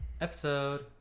Episode